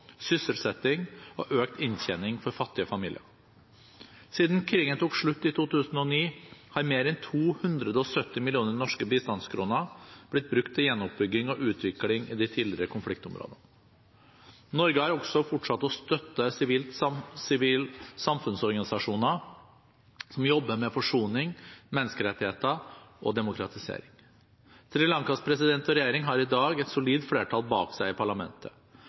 sysselsetting og økt inntjening for fattige familier. Siden krigen tok slutt i 2009, har mer enn 270 mill. norske bistandskroner blitt brukt til gjenoppbygging og utvikling i de tidligere konfliktområdene. Norge har også fortsatt å støtte sivile samfunnsorganisasjoner som jobber med forsoning, menneskerettigheter og demokratisering. Sri Lankas president og regjering har i dag et solid flertall bak seg i parlamentet.